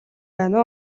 байна